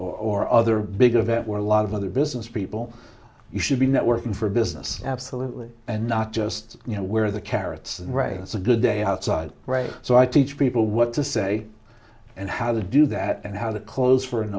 or other big event where a lot of other business people you should be networking for business absolutely and not just you know where the carrots and right it's a good day outside right so i teach people what to say and how to do that and how to close for an